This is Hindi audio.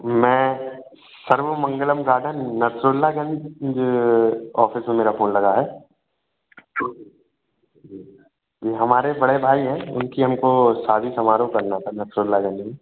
मैं सर्व मंगलम राधा नपतुल्लाहगंज ऑफिस में मेरा फ़ोन लगा है जी यह हमारे बड़े भाई हैं उनकी हमको शादी समारोह करना था नपतुल्लाहगंज में